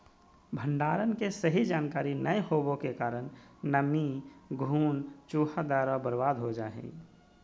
भंडारण के सही जानकारी नैय होबो के कारण नमी, घुन, चूहा द्वारा बर्बाद हो जा हइ